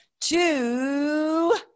two